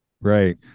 Right